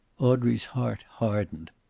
audrey's heart hardened.